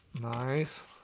Nice